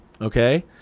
okay